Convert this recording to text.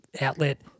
outlet